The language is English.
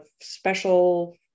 special